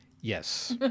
Yes